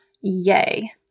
yay